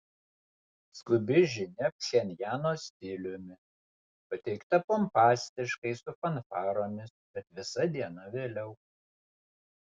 skubi žinia pchenjano stiliumi pateikta pompastiškai su fanfaromis bet visa diena vėliau